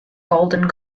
golden